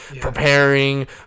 preparing